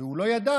והוא לא ידע,